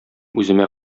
үземә